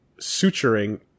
suturing